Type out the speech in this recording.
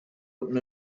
open